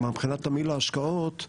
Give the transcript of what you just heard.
כלומר מבחינת תמהיל ההשקעות,